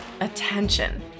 attention